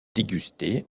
déguster